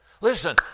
Listen